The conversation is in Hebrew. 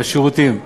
לשירותים.